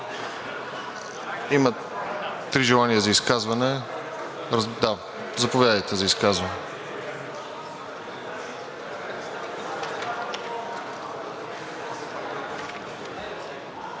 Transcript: Има три желания за изказване. Заповядайте за изказване.